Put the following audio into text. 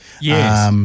Yes